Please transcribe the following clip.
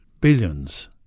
billions